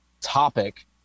topic